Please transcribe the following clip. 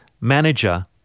manager